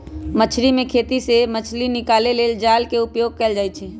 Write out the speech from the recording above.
मछरी कें खेति से मछ्री निकाले लेल जाल के उपयोग कएल जाइ छै